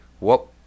Whoop